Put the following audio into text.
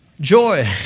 joy